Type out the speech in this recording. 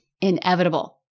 inevitable